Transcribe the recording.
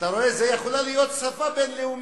אתה רואה, זו יכולה להיות שפה בין-לאומית.